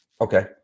Okay